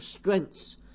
strengths